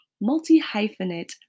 multi-hyphenate